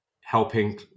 helping